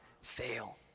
fail